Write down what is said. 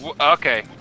Okay